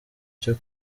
cyo